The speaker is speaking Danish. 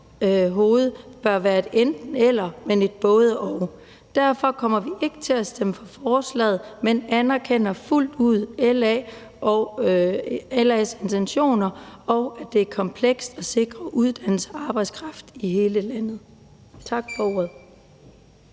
hovede bør være et enten-eller, men et både og. Derfor kommer vi ikke til at stemme for forslaget, men vi anerkender fuldt ud LA's intentioner, og at det er komplekst at sikre uddannelser og arbejdskraft i hele landet. Tak for ordet.